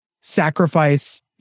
sacrifice